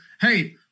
hey